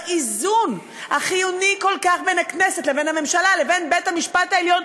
באיזון החיוני כל כך בין הכנסת לבין הממשלה לבין בית-המשפט העליון,